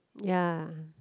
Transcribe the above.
ya